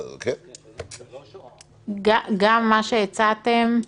גם מה שהצעתם,